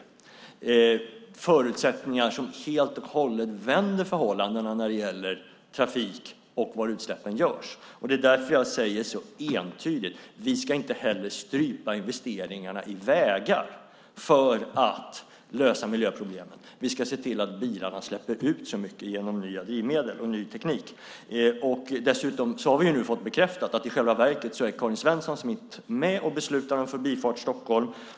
Det är förutsättningar som helt och hållet vänder förhållandena när det gäller trafik och var utsläppen görs. Det är därför jag säger så entydigt: Vi ska inte heller strypa investeringarna i vägar för att lösa miljöproblemen. Genom nya drivmedel och ny teknik ska vi se till att bilarna inte släpper ut så mycket. Dessutom har vi nu fått bekräftat att i själva verket är Karin Svensson Smith med och beslutar om Förbifart Stockholm.